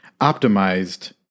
optimized